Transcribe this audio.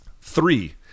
Three